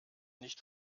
nicht